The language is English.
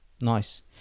nice